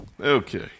Okay